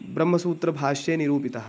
ब्रह्मसूत्रभाष्ये निरूपितः